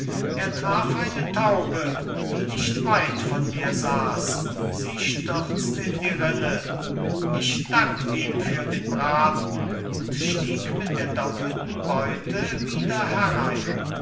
er traf eine taube die nicht weit von mir saß sie stürzt in die rinne ich dankt ihm für den braten und stieg mit der doppelten beute wieder herein